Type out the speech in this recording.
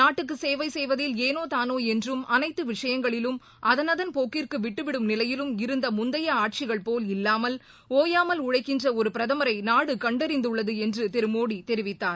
நாட்டுக்கு சேவை செய்வதில் ஏனோ தானோ என்றும் அனைத்து விஷயங்களிலும் அதனதன் போக்கிற்கு விட்டுவிடும் நிலையிலும் இருந்த உழைக்கின்ற ஒரு பிரதமரை நாடு கண்டறிந்துள்ளது என்று திரு மோடி தெரிவித்தார்